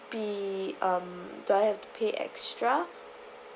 be um do I have to pay extra